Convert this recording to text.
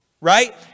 Right